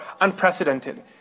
unprecedented